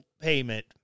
payment